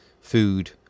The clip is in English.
food